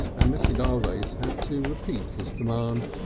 and mr. garvace had to repeat his command.